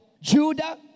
Judah